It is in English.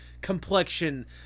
complexion